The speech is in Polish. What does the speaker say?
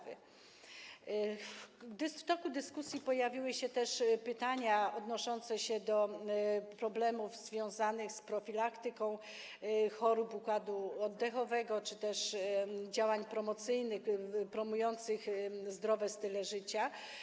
W toku dyskusji pojawiły się też pytania odnoszące się do problemów związanych z profilaktyką chorób układu oddechowego czy też działań promujących zdrowy styl życia.